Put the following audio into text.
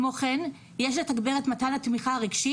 כמו כן יש לתגבר את מתן התמיכה הרגשית